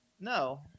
No